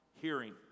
hearing